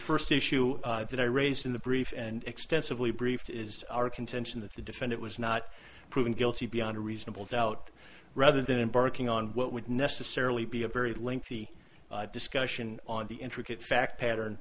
first issue that i raised in the brief and extensively briefed is our contention that the defendant was not proven guilty beyond a reasonable doubt rather than embarking on what would necessarily be a very lengthy discussion on the intricate fact pattern